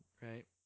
right